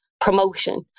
promotion